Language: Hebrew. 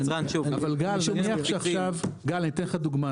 גל אני אתן לך דוגמה.